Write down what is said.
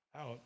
out